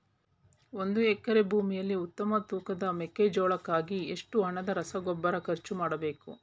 ಒಂದು ಎಕರೆ ಭೂಮಿಯಲ್ಲಿ ಉತ್ತಮ ತೂಕದ ಮೆಕ್ಕೆಜೋಳಕ್ಕಾಗಿ ಎಷ್ಟು ಹಣದ ರಸಗೊಬ್ಬರ ಖರ್ಚು ಮಾಡಬೇಕು?